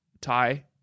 tie